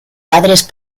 padres